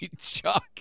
chuck